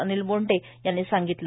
अनिल बोंडे यांनी सांगितले